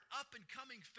up-and-coming